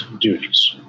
duties